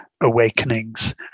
awakenings